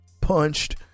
punched